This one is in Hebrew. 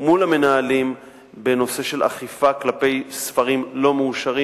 מול המנהלים בנושא של אכיפה כלפי ספרים לא מאושרים,